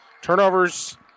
Turnovers